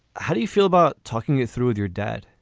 how do you feel about talking it through with your dad?